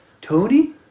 Tony